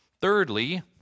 Thirdly